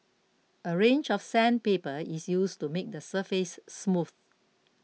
a range of sandpaper is used to make the surface smooth